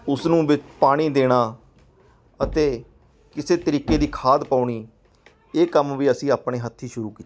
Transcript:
ਉਸ ਨੂੰ ਵੀ ਪਾਣੀ ਦੇਣਾ ਅਤੇ ਕਿਸੇ ਤਰੀਕੇ ਦੀ ਖਾਦ ਪਾਉਣੀ ਇਹ ਕੰਮ ਵੀ ਅਸੀਂ ਆਪਣੇ ਹੱਥੀਂ ਸ਼ੁਰੂ ਕੀਤਾ